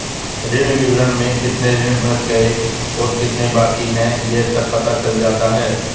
ऋण विवरण में कितने ऋण भर गए और कितने बाकि है सब पता चल जाता है